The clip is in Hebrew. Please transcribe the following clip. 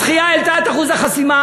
התחיה העלתה את אחוז החסימה,